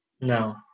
No